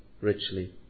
richly